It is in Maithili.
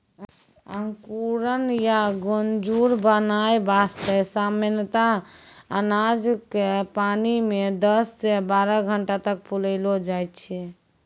अंकुरण या गजूर बनाय वास्तॅ सामान्यतया अनाज क पानी मॅ दस सॅ बारह घंटा तक फुलैलो जाय छै